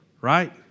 right